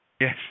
Yes